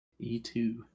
E2